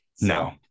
No